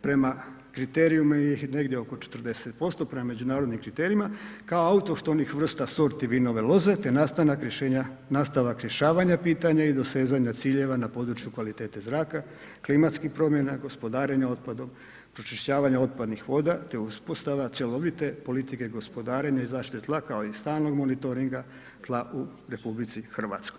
prema kriterijumu ih je negdje oko 40%, prema međunarodnim kriterijima, kao autohtonih vrsta sorti vinove loze, te nastavak rješavanja pitanja i dosezanja ciljeva na području kvalitete zraka, klimatskih promjena, gospodarenja otpadom, pročišćavanje otpadnih voda, te uspostava cjelovite politike gospodarenja i zaštite tla, kao i stalnog monitoringa tla u RH.